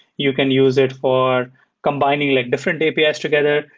you can use it for combining like different apis together.